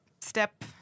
step